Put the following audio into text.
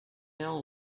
ill